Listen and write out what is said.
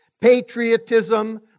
patriotism